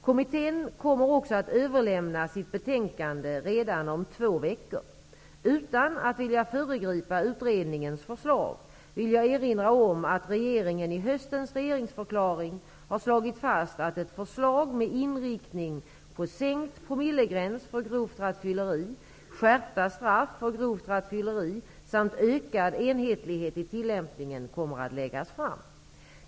Kommittén kommer också att överlämna sitt betänkande redan om två veckor . Utan att vilja föregripa utredningens förslag vill jag erinra om att regeringen i höstens regeringsförklaring har slagit fast att ett förslag med inriktning på sänkt promillegräns för grovt rattfylleri, skärpta straff för grovt rattfylleri samt ökad enhetlighet i tillämpningen kommer att läggas fram.